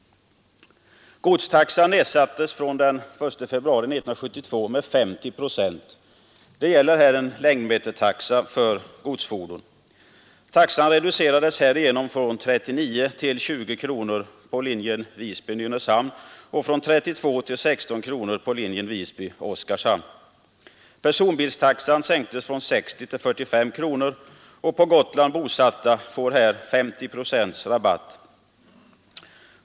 Godstaxan nedsattes från den 1 februari 1972 med 50 procent. Det gäller här en längdmetertaxa för godsfordon. Taxan reducerades från 39 kronor till 20 kronor på linjen Visby—Nynäshamn och från 32 kronor till 16 kronor på linjen Visby—-Oskarshamn. Personbilstaxan sänktes från 60 kronor till 45 kronor, och på Gotland bosatta får här 50 procents rabatt.